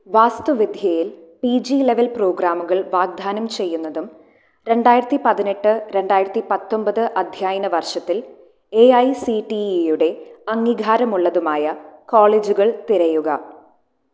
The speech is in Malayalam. വാസ്തുവിദ്യയിൽ പി ജി ലെവൽ പ്രോഗ്രാമുകൾ വാഗ്ദാനം ചെയ്യുന്നതും രണ്ടായിരത്തി പതിനെട്ട് രണ്ടായിരത്തി പത്തൊമ്പത് അധ്യയന വർഷത്തിൽ എ ഐ സി റ്റി ഇയുടെ അംഗീകാരമുള്ളതുമായ കോളേജുകൾ തിരയുക